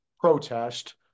protest